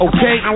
Okay